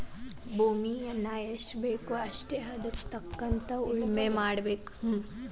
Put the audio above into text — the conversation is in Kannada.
ಭೂಮಿಯನ್ನಾ ಎಷ್ಟಬೇಕೋ ಅಷ್ಟೇ ಹದಕ್ಕ ತಕ್ಕಂಗ ಉಳುಮೆ ಮಾಡಬೇಕ